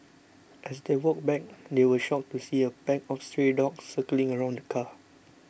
as they walked back they were shocked to see a pack of stray dogs circling around the car